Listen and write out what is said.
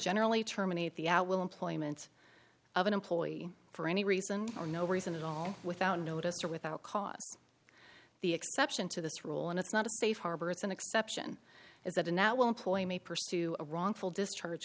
generally terminate the at will employment of an employee for any reason or no reason at all without notice or without cause the exception to this rule and it's not a safe harbor it's an exception is that a now will employ me pursue a wrongful discharge